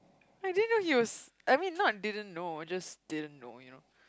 I didn't know he's I mean not didn't know just didn't know you know